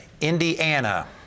Indiana